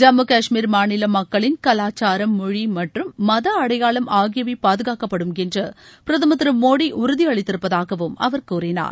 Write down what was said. ஜம்மு காஷ்மீர் மாநில மக்களின் கலாச்சாரம் மொழி மற்றும் மத அடையாளம் ஆகியவை பாதுகாக்கப்படும் என்று பிரதமர் திரு மோடி உறுதியளித்திருப்பதாகவும் அவர் கூறினார்